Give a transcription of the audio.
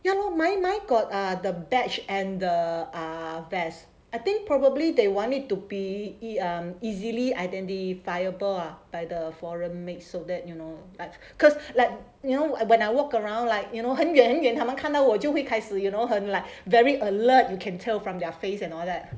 ya lor mine mine got uh the badge and the ah vest I think probably they wanted to be err easily identifiable ah by the foreign maids so that you know like cause like you know when I walk around like you know 很远远他们看到我就会开始 you know 很 like very alert you can tell from their face and all that